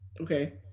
Okay